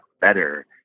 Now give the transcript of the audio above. better